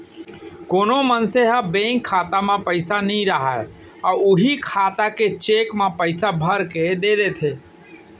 कोनो मनसे ह बेंक खाता म पइसा नइ राहय अउ उहीं खाता के चेक म पइसा भरके दे देथे